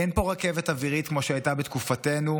אין פה רכבת אווירית כמו שהייתה בתקופתנו,